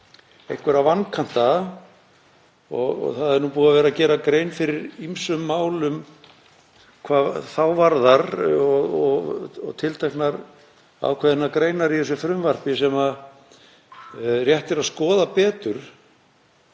einhverja vankanta og það er búið að gera grein fyrir ýmsum málum hvað þá varðar og tilteknar ákveðnar greinar í frumvarpinu sem rétt er að skoða betur.